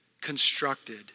constructed